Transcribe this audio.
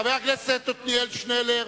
חבר הכנסת עתניאל שנלר,